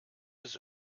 chez